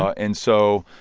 and so,